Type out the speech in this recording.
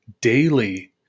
daily